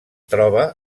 troba